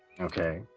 Okay